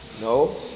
No